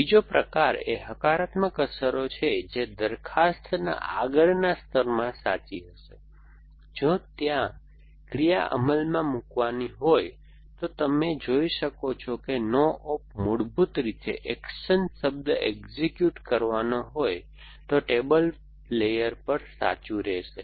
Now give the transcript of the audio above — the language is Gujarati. બીજો પ્રકાર એ હકારાત્મક અસરો છે જે દરખાસ્તના આગળના સ્તરમાં સાચી હશે જો ત્યાં ક્રિયા અમલમાં મૂકવાની હોય તો તમે જોઈ શકો છો કે નો ઓપ મૂળભૂત રીતે એક્શન શબ્દ એક્ઝિક્યુટ કરવાનો હોય તો ટેબલ લેયર પર સાચું રહેશે